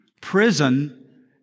prison